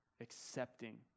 accepting